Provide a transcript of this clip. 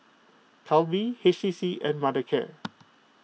Calbee H T C and Mothercare